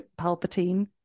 Palpatine